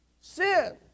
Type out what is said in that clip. sin